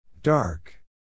Dark